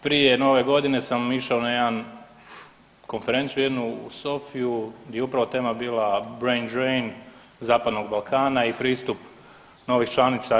Prije Nove Godine sam išao na jedan, konferenciju jednu u Sofiju gdje je upravo tema bila… [[Govornik se ne razumije]] zapadnog Balkana i pristup novih članica EU.